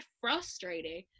frustrating